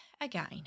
again